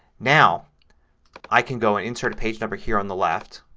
now i can go and insert a page number here on the left.